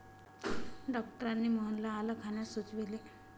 डॉक्टरांनी मोहनला आलं खाण्यास सुचविले